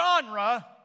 genre